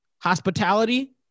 Hospitality